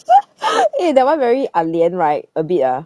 eh that one very ah lian right a bit ah